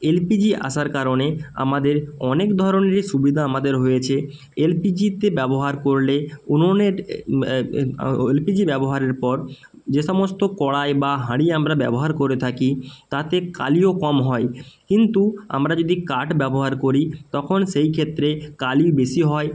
এল P G আসার কারণে আমাদের অনেক ধরনেরই সুবিদা আমাদের হয়েছে এলপিজিতে ব্যবহার করলে উনুনের এল পি জি ব্যবহারের পর যে সমস্ত কড়াই বা হাঁড়ি আমরা ব্যবহার করে থাকি তাতে কালিও কম হয় কিন্তু আমরা যদি কাঠ ব্যবহার করি তখন সেইক্ষেত্রে কালি বেশি হয়